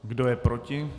Kdo je proti?